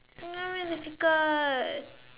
uh very difficult